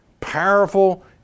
powerful